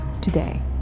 today